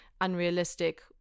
unrealistic